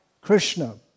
Krishna